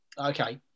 Okay